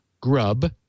Grub